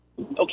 Okay